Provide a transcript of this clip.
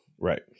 Right